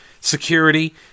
security